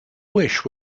wish